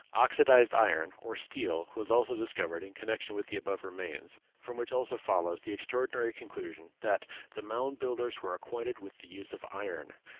oxydized iron or steel was also discovered in connection with the above remains, from which also follows the extraordinary conclusion that the mound builders were acquainted with the use of iron,